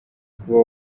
kuba